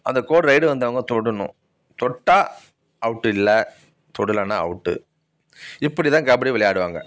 அந்த கோடு ரைட் வந்தவங்க தொடணும் தொட்டால் அவுட்டில்லை தொடலனா அவுட்டு இப்படிதான் கபடி விளையாடுவாங்க